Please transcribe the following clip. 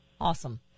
Awesome